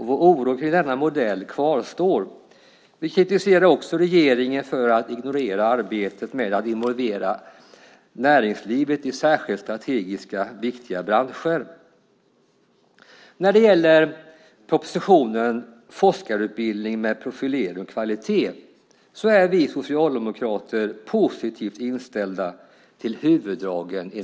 Vår oro kring denna modell kvarstår. Vi kritiserade också regeringen för att ignorera arbetet med att involvera näringslivet i särskilt strategiska, viktiga branscher. När det gäller propositionen Forskarutbildning med profilering och kvalitet är vi socialdemokrater positivt inställda till huvuddragen.